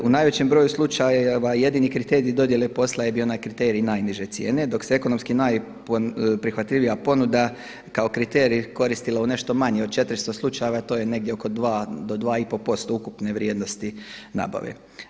U najvećem broju slučajeva jedini kriterij dodjele posla je bio onaj kriterij najniže cijene dok se ekonomski najprihvatljivija ponuda kao kriterij koristilo u nešto manje od 400 slučajeva a to je negdje oko 2 do 2,5% ukupne vrijednosti nabave.